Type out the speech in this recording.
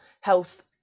health